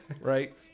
right